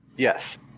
yes